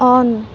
on